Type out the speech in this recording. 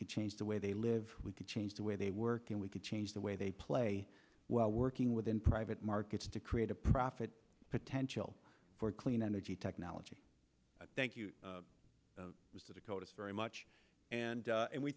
could change the way they live we could change the way they work and we could change the way they play well working within private markets to create a profit potential for clean energy technology thank you it was difficult it's very much and